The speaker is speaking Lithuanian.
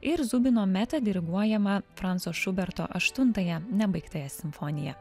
ir zubino meta diriguojamą franco šuberto aštuntąją nebaigtąją simfoniją